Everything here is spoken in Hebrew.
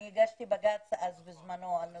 אני הגשתי בג"ץ אז בזמנו על הנושא,